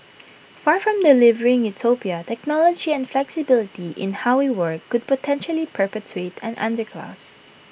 far from delivering utopia technology and flexibility in how we work could potentially perpetuate an underclass